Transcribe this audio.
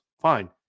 Fine